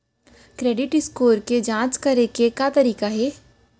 Credit score के जाँच करे के का तरीका हे?